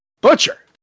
Butcher